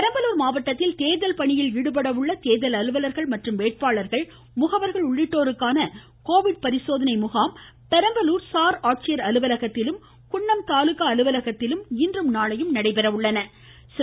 பெரம்பலூர் மாவட்டத்தில் தேர்தல் பணியில் ஈடுபட உள்ள தேர்தல் அலுவலர்கள் மற்றும் வேட்பாளர்கள் முகவர்கள் உள்ளிட்டோருக்கான கோவிட் பரிசோதனை முகாம் பெரம்பலூர் சார் ஆட்சியர் அலுவலகத்திலும் குன்னம் தாலுக்கா அலுவலகத்திலும் இன்றும் நாளையும் நடைபெறுகிறது